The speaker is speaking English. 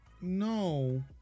no